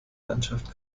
landschaft